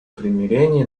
примирения